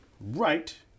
right